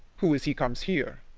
who is he comes here?